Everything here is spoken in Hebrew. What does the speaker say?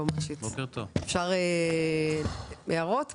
אפשר הערות?